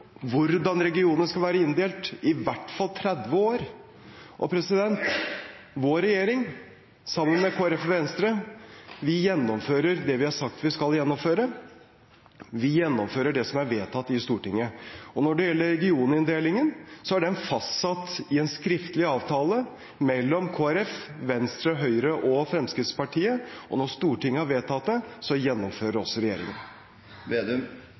hvordan regionene skal være inndelt, i hvert fall i 30 år. Vår regjering, sammen med Kristelig Folkeparti og Venstre, gjennomfører det vi har sagt vi skal gjennomføre. Vi gjennomfører det som er vedtatt i Stortinget. Når det gjelder regioninndelingen, er den fastsatt i en skriftlig avtale mellom Kristelig Folkeparti, Venstre, Høyre og Fremskrittspartiet. Og når Stortinget har vedtatt det, gjennomfører også regjeringen.